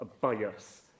bias